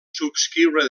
subscriure